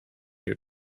your